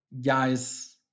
guys